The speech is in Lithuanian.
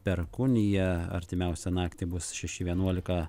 perkūnija artimiausią naktį bus šeši vienuolika